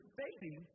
baby